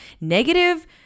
negative